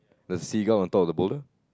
the seagull on top of the boulder